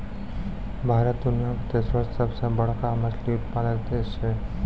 भारत दुनिया के तेसरो सभ से बड़का मछली उत्पादक देश छै